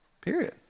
Period